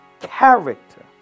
character